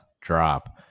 drop